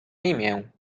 imię